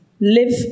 live